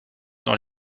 dans